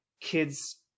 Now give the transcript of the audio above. kids